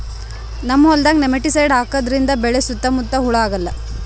ನಮ್ಮ್ ಹೊಲ್ದಾಗ್ ನೆಮಟಿಸೈಡ್ ಹಾಕದ್ರಿಂದ್ ಬೆಳಿ ಸುತ್ತಾ ಮುತ್ತಾ ಹುಳಾ ಆಗಲ್ಲ